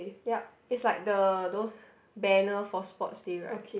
yup it's like the those banner for sports day right